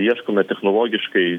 ieškome technologiškai